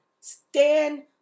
stand